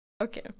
okay